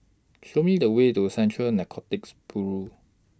Show Me The Way to Central Narcotics Bureau